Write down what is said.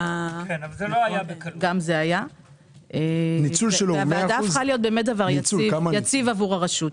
אני מודה לוועדה שהפכה להיות דבר יציב עבור הרשות,